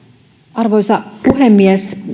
arvoisa puhemies